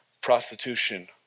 prostitution